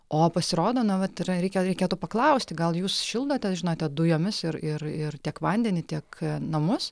o pasirodo na vat yra reikia reikėtų paklausti gal jūs šildote žinote dujomis ir ir ir tiek vandenį tiek namus